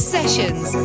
Sessions